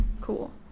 Cool